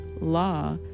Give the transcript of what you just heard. Law